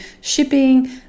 shipping